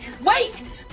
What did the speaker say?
Wait